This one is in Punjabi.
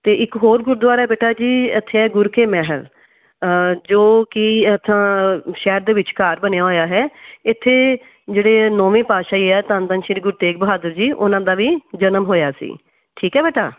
ਅਤੇ ਇੱਕ ਹੋਰ ਗੁਰਦੁਆਰਾ ਬੇਟਾ ਜੀ ਇੱਥੇ ਗੁਰੂ ਕੇ ਮਹਿਲ ਜੋ ਕਿ ਐਥਾਂ ਸ਼ਹਿਰ ਦੇ ਵਿਚਕਾਰ ਬਣਿਆ ਹੋਇਆ ਹੈ ਇੱਥੇ ਜਿਹੜੇ ਨੌਵੇਂ ਪਾਤਸ਼ਾਹੀ ਜੀ ਹੈ ਧੰਨ ਧੰਨ ਸ਼੍ਰੀ ਗੁਰੂ ਤੇਗ ਬਹਾਦਰ ਜੀ ਉਹਨਾਂ ਦਾ ਵੀ ਜਨਮ ਹੋਇਆ ਸੀ ਠੀਕ ਹੈ ਬੇਟਾ